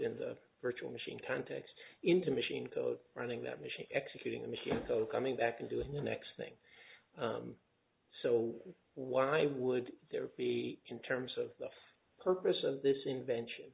in the virtual machine context into machine code running that machine executing the machine still coming back and doing the next thing so why would there be in terms of the purpose of this invention